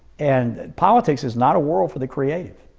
and politics is not a world for the creative.